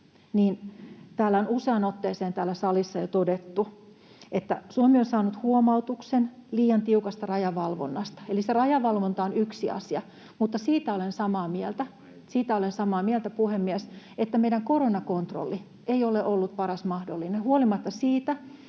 on jo useaan otteeseen todettu, että Suomi on saanut huomautuksen liian tiukasta rajavalvonnasta, eli se rajavalvonta on yksi asia, mutta siitä olen samaa mieltä, puhemies, että meidän koronakontrolli ei ole ollut paras mahdollinen huolimatta siitä,